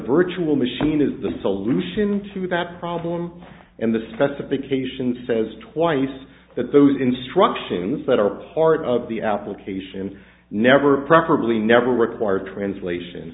virtual machine is the solution to that problem and the specification says twice that those instructions that are part of the application never preferably never require translation